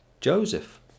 Joseph